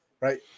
right